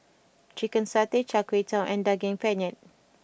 Chicken Satay Char Kway Teow and Daging Penyet